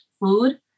food